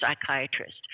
psychiatrist